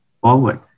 forward